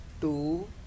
two